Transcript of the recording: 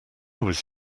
was